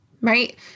right